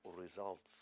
results